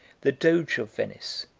the doge of venice,